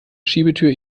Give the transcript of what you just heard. schiebetür